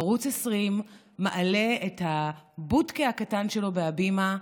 ערוץ 20 מעלה את הבודקה הקטן שלו בהבימה,